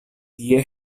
tie